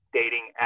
dating